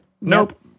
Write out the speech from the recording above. Nope